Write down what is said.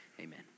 amen